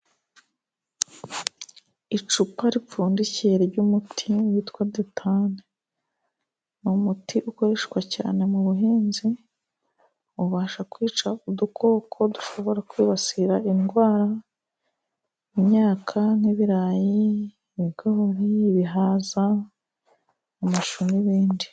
Icupa ripfundikiye ry'umuti witwa detane. Ni umuti ukoreshwa cyane mu buhinzi ubasha kwica udukoko dushobora kwibasira indwara, imyaka nk'ibirayi, ibigori, ibihaza, amashu, n'ibindi.